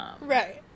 Right